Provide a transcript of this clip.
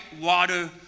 water